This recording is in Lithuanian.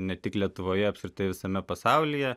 ne tik lietuvoje apskritai visame pasaulyje